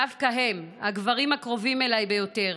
דווקא הם, הגברים הקרובים אליי ביותר,